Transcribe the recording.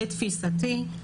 לתפיסתי,